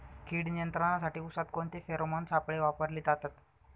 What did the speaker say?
कीड नियंत्रणासाठी उसात कोणते फेरोमोन सापळे वापरले जातात?